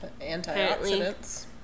Antioxidants